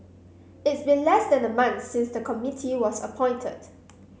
it's been less than a month since the committee was appointed